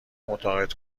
متقاعد